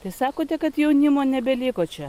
tai sakote kad jaunimo nebeliko čia